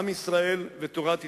עם ישראל ותורת ישראל,